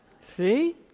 See